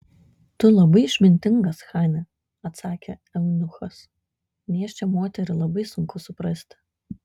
tu labai išmintingas chane atsakė eunuchas nėščią moterį labai sunku suprasti